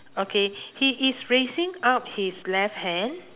okay he he's raising up his left hand